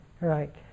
right